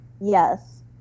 Yes